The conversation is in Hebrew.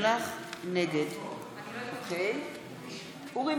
אורי